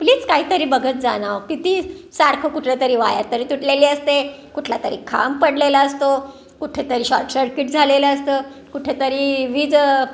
please काही तरी बघत जा ना हो किती सारखं कुठल्यातरी वायर तरी तुटलेली असते कुठला तरी खांब पडलेला असतो कुठे तरी शॉर्ट शर्कीट झालेलं असतं कुठेतरी वीज